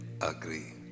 agree